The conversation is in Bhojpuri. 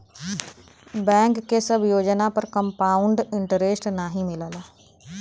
बैंक के सब योजना पर कंपाउड इन्टरेस्ट नाहीं मिलला